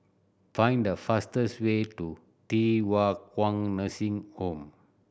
find the fastest way to Thye Hua Kwan Nursing Home